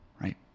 right